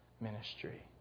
ministry